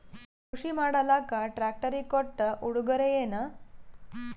ಕೃಷಿ ಮಾಡಲಾಕ ಟ್ರಾಕ್ಟರಿ ಕೊಟ್ಟ ಉಡುಗೊರೆಯೇನ?